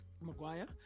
Maguire